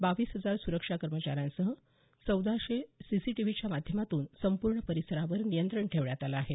बावीस हजार सुरक्षा कर्मचाऱ्यांसह चौदाशे सीसीटीव्हीच्या माध्यमातून संपूर्ण परिसरावर नियंत्रण ठेवण्यात आलं आहे